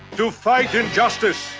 to fight injustice,